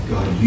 God